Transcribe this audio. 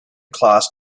class